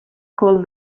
called